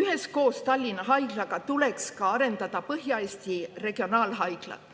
üheskoos Tallinna Haiglaga tuleks arendada ka Põhja-Eesti Regionaalhaiglat.